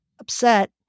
upset